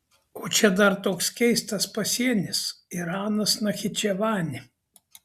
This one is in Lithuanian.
o čia dar toks keistas pasienis iranas nachičevanė